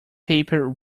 paper